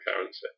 currency